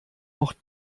noch